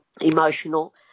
emotional